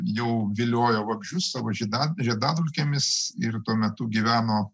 jau vilioja vabzdžius savo žieda žiedadulkėmis ir tuo metu gyveno